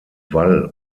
wall